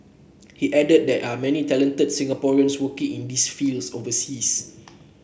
he added that there are many talented Singaporeans working in these fields overseas